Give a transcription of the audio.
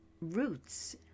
roots